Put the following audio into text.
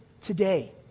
today